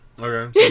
Okay